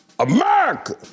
America